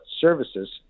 Services